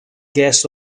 guest